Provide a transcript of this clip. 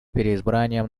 переизбранием